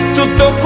tutto